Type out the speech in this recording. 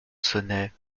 sonnait